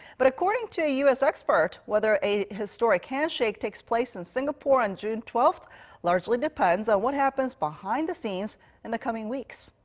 but, according to a u s. expert. whether a historic handshake takes place in singapore on june twelfth largely depends on what happens behind the scenes in the coming weeks.